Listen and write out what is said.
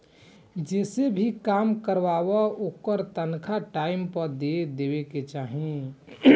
जेसे भी काम करवावअ ओकर तनखा टाइम पअ दे देवे के चाही